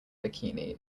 bikini